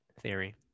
theory